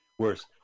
Worse